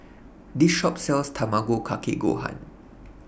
This Shop sells Tamago Kake Gohan